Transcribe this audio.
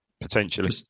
potentially